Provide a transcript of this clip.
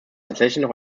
tatsächlich